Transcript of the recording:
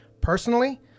personally